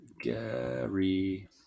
Gary